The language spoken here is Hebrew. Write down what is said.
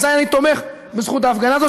אזי אני תומך בזכות ההפגנה הזאת,